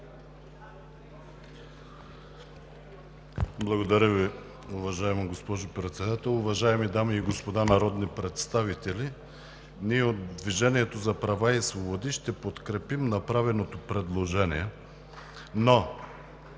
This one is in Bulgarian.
Благодаря Ви, уважаема госпожо Председател. Уважаеми дами и господа народни представители! Ние от „Движението за права и свободи“ ще подкрепим направеното предложение.